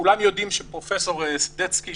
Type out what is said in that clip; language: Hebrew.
כולם יודעים שפרופ' סדצקי,